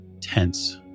tense